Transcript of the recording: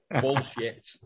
bullshit